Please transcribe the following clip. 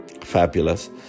Fabulous